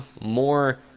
more